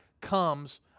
comes